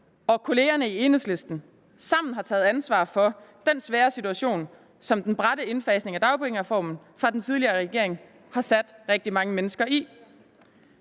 og kollegaerne i Enhedslisten sammen har taget ansvar for den svære situation, som den bratte indfasning af dagpengereformen fra den tidligere regerings side har sat rigtig mange mennesker i.